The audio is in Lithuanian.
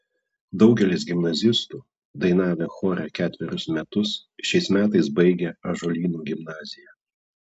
daugelis gimnazistų dainavę chore ketverius metus šiais metais baigia ąžuolyno gimnaziją